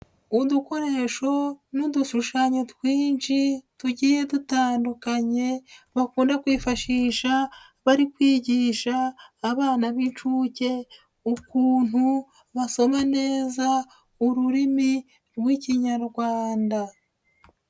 Udukoresho n'udushushanyo twinshi tugiye dutandukanye bakunda kwifashisha bari kwigisha abana b'inshuke ukuntu basoma neza ururimi rw'Ikinyarwanda.